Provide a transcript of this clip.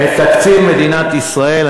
את תקציב מדינת ישראל.